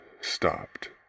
stopped